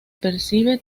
percibe